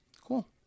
Cool